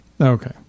Okay